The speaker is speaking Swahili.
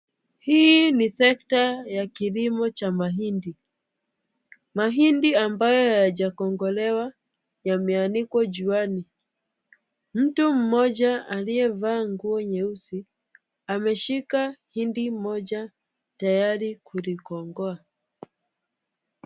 Hii ni sekta ya kilimo cha mahindi. Mahindi ambayo hayajakongolewa, juani. Mtu mmoja aliyevaa nguo nyeusi, ameshika hindi moja tayari kuligongoa.